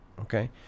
okay